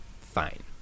fine